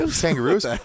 kangaroos